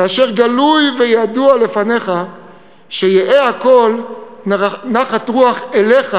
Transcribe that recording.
כאשר גלוי וידוע לפניך שיהא הכול נחת רוח אליך.